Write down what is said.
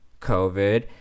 COVID